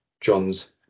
John's